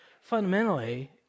fundamentally